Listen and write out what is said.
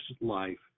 life